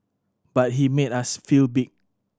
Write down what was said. but he made us feel big